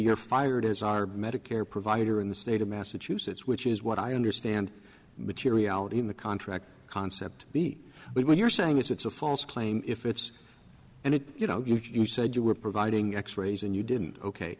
you're fired as our medicare provider in the state of massachusetts which is what i understand materiality in the contract concept b but what you're saying is it's a false claim if it's and it you know you said you were providing x rays and you didn't ok